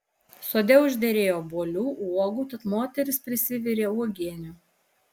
sode užderėjo obuolių uogų tad moteris prisivirė uogienių